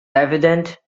evident